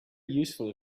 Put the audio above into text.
useful